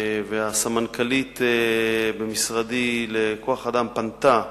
וגם הסמנכ"לית לכוח-אדם במשרדי פנתה,